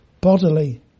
bodily